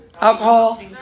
Alcohol